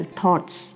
thoughts